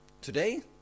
Today